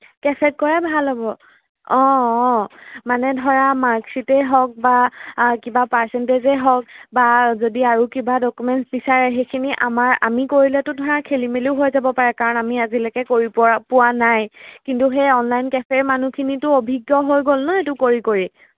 check কৰাই ভাল হ'ব অঁ অঁ মানে ধৰা মাৰ্কশ্বিটে হওঁক বা কিবা পাৰ্চেণ্টেজে হওঁক বা যদি আৰু কিবা ডকুমেণ্টছ বিচাৰে সেইখিনি আমাৰ আমি কৰিলেতো ধৰা খেলি মেলিও হৈ যাব পাৰে কাৰণ আমি আজিলৈকে কৰি পোৱা পোৱা নাই কিন্তু সেই অনলাইন কেফে মানুহখিনিটো অভিজ্ঞ হৈ গ'ল ন সেইটো কৰি কৰি